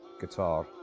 guitar